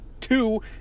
Two